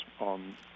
on